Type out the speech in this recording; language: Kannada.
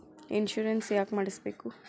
ಇನ್ಶೂರೆನ್ಸ್ ಯಾಕ್ ಮಾಡಿಸಬೇಕು?